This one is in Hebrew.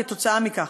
כתוצאה מכך,